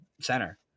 center